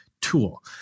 tool